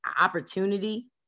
opportunity